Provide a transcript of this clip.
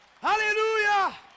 Hallelujah